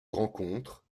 rencontre